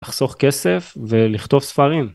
לחסוך כסף ולכתוב ספרים.